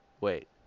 wait